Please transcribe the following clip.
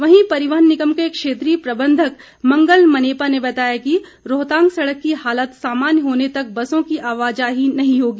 वहीं परिवहन निगम के क्षेत्रीय प्रबंधक मंगल मनेपा ने बताया कि रोहतांग सड़क की हालत सामान्य होने तक बसों की आवाजाही नही होगी